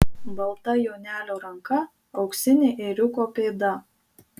balta jonelio ranka auksinė ėriuko pėda